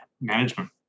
management